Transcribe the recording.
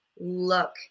look